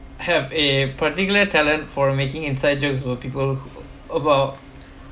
have a particular talent for making inside jokes were people about